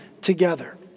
together